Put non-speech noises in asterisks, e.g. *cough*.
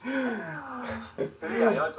*laughs*